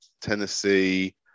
Tennessee